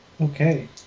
Okay